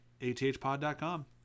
ATHpod.com